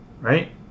right